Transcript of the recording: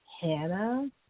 Hannah